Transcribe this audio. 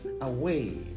away